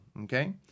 okay